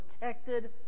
protected